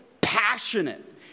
passionate